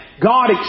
God